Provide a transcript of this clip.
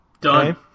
Done